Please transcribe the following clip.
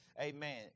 Amen